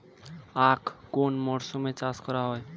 আখ কোন মরশুমে চাষ করা হয়?